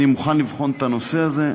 אני מוכן לבחון את הנושא הזה.